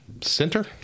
center